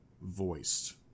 voiced